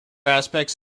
aspects